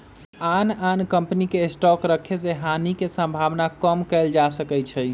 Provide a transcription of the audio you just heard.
आन आन कम्पनी के स्टॉक रखे से हानि के सम्भावना कम कएल जा सकै छइ